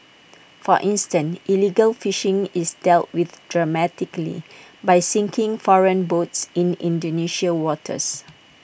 for instance illegal fishing is dealt with dramatically by sinking foreign boats in Indonesian waters